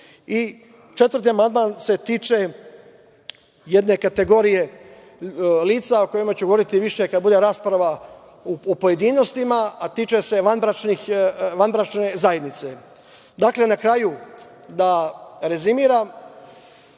amandman se tiče jedne kategorije lica o kojima ću govoriti više kada bude rasprava u pojedinostima, a tiče se vanbračne zajednice. Dakle, na kraju da rezimiram,